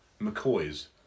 McCoy's